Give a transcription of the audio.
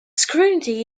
scrutiny